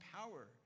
power